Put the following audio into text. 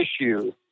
issue